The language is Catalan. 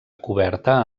coberta